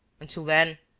until then.